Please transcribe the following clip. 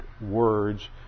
words